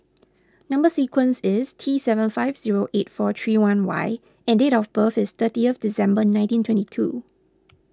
Number Sequence is T seven five zero eight four three one Y and date of birth is thirtieth December nineteen twenty two